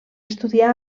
estudiar